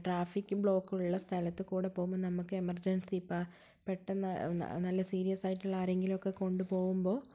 traffic block ഉള്ള സ്ഥലത്ത് കൂടെ പോകുമ്പോൾ നമുക്ക് എമർജൻസി ഇപ്പം പെട്ടന്ന് ന നല്ല സീരിയസ് ആയിട്ടുള്ള ആരെങ്കിലും ഒക്കെ കൊണ്ടുപോകുമ്പോൾ